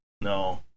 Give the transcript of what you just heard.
No